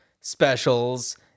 specials